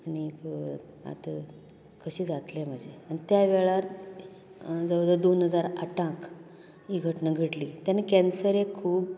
आनीक आता कशें जातले म्हजे आनी त्या वेळार जवळ जवळ दोन हजार आठांक ही घटनां घडली तेन्ना केन्सर हें खूब